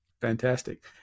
fantastic